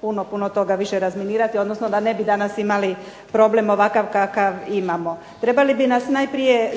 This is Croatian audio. puno toga više razminirati, odnosno da ne bi danas imali problem ovakav kakav imamo. Trebali bi nas najprije,